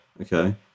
Okay